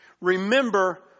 Remember